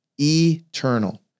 eternal